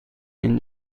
این